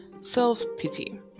self-pity